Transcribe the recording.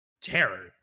terror